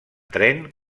tren